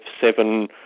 seven